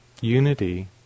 unity